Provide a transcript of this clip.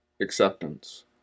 acceptance